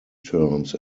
terms